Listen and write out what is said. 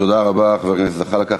תודה רבה, חבר הכנסת זחאלקה.